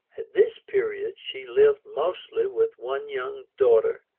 at this period she lived mostly with one young daughter,